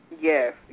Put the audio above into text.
Yes